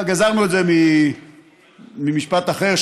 גזרנו את זה ממשפט אחר,